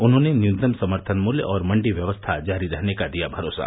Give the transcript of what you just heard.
उन्होंने न्यूनतम समर्थन मूल्य और मंडी व्यवस्था जारी रहने का दिया भरोसा